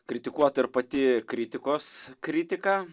kritikuota ir pati kritikos kritika